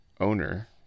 owner